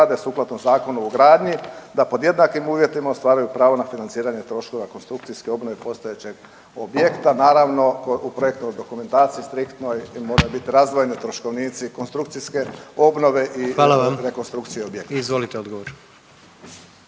Hvala vam. Izvolite odgovor.